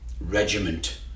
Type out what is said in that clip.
regiment